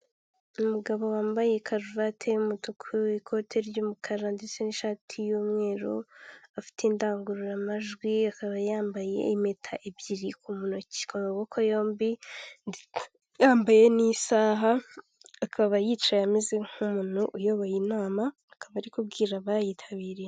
Umugabo wambaye karuvati y'umutuku n'ikoti ry'umukara ndetse n'ishati y'umweru, afite indangururamajwi akaba yambaye impeta ebyiri mu ntoki ku maboko yombi, yambaye n'isaha akaba yicaye ameze nk'umuntu uyoboye inama, akaba ari kubwira abayitabiriye.